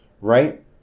right